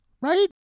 right